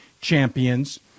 champions